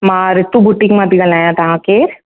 मां ऋतु बुटीक मां थी ॻाल्हायां तव्हां केरु